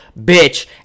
bitch